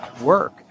work